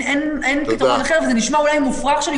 אין פתרון אחר וזה נשמע אולי מופרך שאני